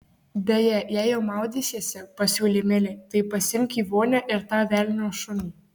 beje jei jau maudysiesi pasiūlė milė tai pasiimk į vonią ir tą velnio šunį